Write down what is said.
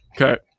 Okay